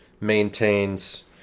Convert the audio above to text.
maintains